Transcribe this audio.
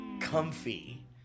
Comfy